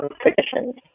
traditions